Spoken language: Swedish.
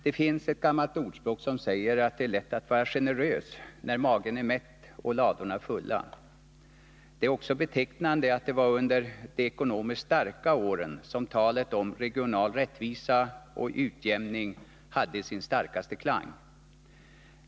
Det finns ett gammalt ordspråk som säger att det är lätt att vara generös när magen är mätt och ladorna fulla. Det är också betecknande att det var under de ekonomiskt starka åren som talet om regional rättvisa och utjämning hade sin starkaste klang.